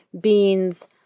beans